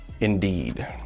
Indeed